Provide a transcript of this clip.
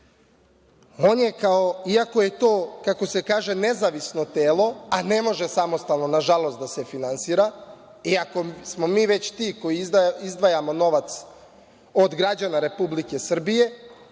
On je kao, iako je to kako se kaže nezavisno telo, a ne može se samostalno nažalost da se finansira, iako smo mi već ti koji izdvajamo novac od građana Republike Srbije,